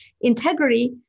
integrity